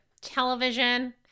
Television